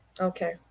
Okay